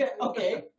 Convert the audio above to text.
Okay